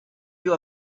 you